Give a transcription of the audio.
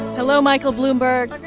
hello, michael bloomberg.